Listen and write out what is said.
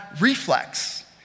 Reflex